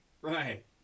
Right